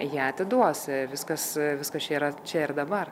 ją atiduos viskas viskas čia yra čia ir dabar